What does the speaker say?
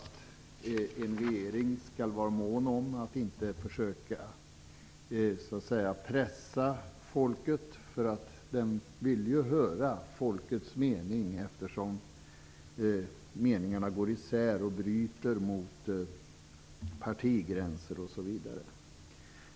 En regering skall vara mån om att inte försöka pressa folket. Man vill ju höra folkets mening, eftersom åsikterna går isär och överskrider partigränser.